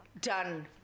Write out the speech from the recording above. done